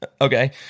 Okay